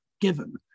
given